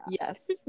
yes